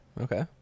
okay